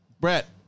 Brett